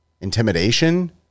intimidation